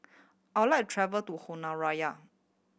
I would like travel to Honiara